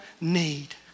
need